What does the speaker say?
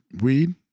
weed